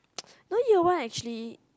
no year one actually